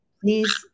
Please